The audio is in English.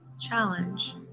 challenge